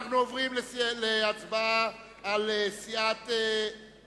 אנחנו עוברים להצבעה על הצעת סיעת חד"ש.